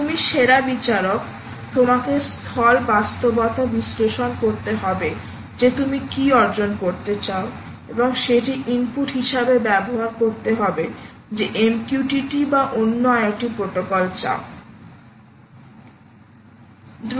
তুমি সেরা বিচারক তোমাকে স্থল বাস্তবতা বিশ্লেষণ করতে হবে যে তুমি কি অর্জন করতে চাও এবং সেটি ইনপুট হিসাবে ব্যবহার করতে হবে যে MQTT বা অন্য আইওটি প্রোটোকল চাও